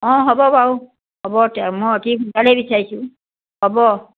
অঁ হ'ব বাৰু হ'ব তেতিয়া মই অতি সোনকালেই বিচাৰিছোঁ হ'ব